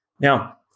Now